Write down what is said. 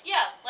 Yes